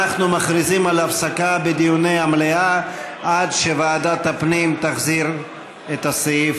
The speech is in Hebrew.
אנחנו מכריזים על הפסקה בדיוני המליאה עד שוועדת הפנים תחזיר את הסעיף